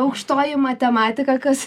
aukštoji matematika kas